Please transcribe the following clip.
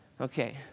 Okay